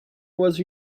was